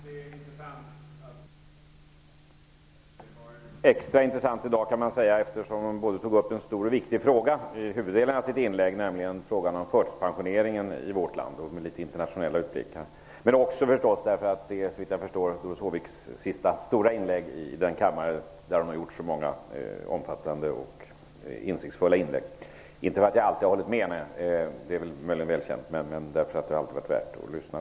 Herr talman! Det är alltid intressant att få lyssna på Doris Håvik. Det är extra intressant i dag eftersom hon tog upp en stor och viktig fråga i huvuddelen av sitt inlägg, nämligen frågan om förtidspensionering i vårt land -- med internationella utblickar. Det var också, såvitt jag förstår, Doris Håviks sista stora inlägg i denna kammare. Hon har gjort många omfattande och insiktsfulla inlägg. Jag har inte alltid hållit med -- det är väl möjligen välkänt -- men det har alltid varit värt att lyssna.